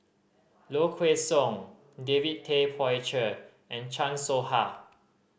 Low Kway Song David Tay Poey Cher and Chan Soh Ha